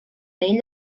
ell